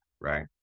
right